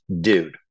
dude